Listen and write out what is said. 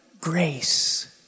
grace